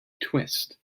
twist